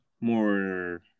more